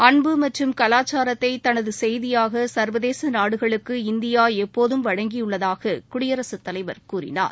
அன்பு மற்றும் கலாச்சாரத்தை தனது செய்தியாக சர்வதேச நாடுகளுக்கு இந்தியா எப்போதும் வழங்கியுள்ளதாக குடியரசு தலைவர் கூறினார்